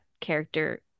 character